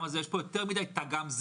גם הזה יש פה יותר מדי "גם זה",